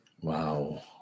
Wow